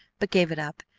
but gave it up.